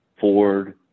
Ford